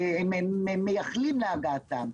הם מייחלים להגעתן.